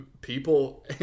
people